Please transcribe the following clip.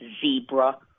Zebra